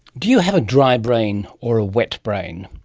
do you have a dry brain or a wet brain?